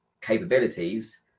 capabilities